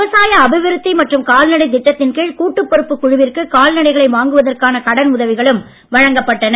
விவசாய அபிவிருத்தி மற்றும் கால்நடை திட்டத்தின் கீழ் கூட்டுப் பொறுப்பு குழுவிற்கு கால் நடைகளை வாங்குவதற்கான கடன் உதவிகளும் வழங்கப்பட்டன